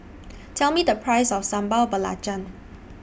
Tell Me The Price of Sambal Belacan